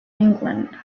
england